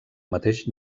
mateix